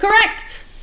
Correct